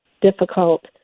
difficult